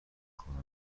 خواهم